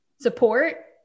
support